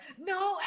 no